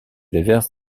déverse